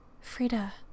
Frida